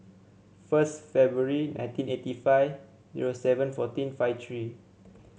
first February nineteen eighty five zero seven fourteen five three